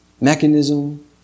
mechanism